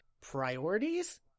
priorities